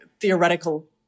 theoretical